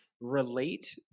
relate